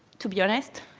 to be honest.